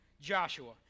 Joshua